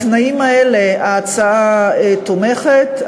בתנאים האלה הממשלה תומכת.